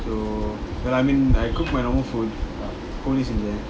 so ya lah I mean I cook my own food